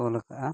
ᱚᱞ ᱟᱠᱫᱟ